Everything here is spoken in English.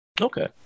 Okay